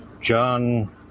John